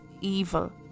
evil